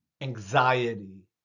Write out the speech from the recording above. anxiety